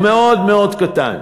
הוא מאוד-מאוד קטן.